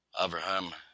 Abraham